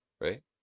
right